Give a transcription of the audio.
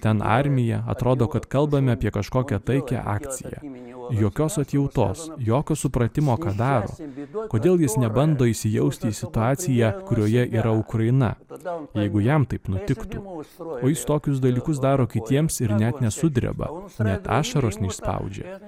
ten armija atrodo kad kalbame apie kažkokią taikią akciją jokios atjautos jokio supratimo kas dar kodėl jis nebando įsijausti į situaciją kurioje yra ukraina jeigu jam taip nutikti mūsų o jis tokius dalykus daro kitiems ir net nesudreba aušra ašaros nuspaudžia